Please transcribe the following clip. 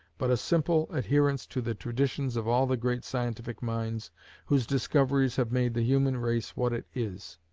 but a simple adherence to the traditions of all the great scientific minds whose discoveries have made the human race what it is.